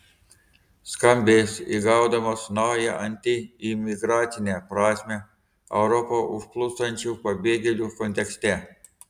skambės įgaudamas naują antiimigracinę prasmę europą užplūstančių pabėgėlių kontekste